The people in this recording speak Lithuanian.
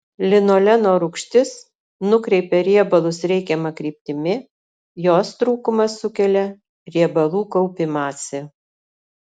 linoleno rūgštis nukreipia riebalus reikiama kryptimi jos trūkumas sukelia riebalų kaupimąsi